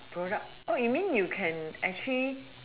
product oh you mean you can actually